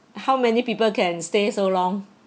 how many people can stay so long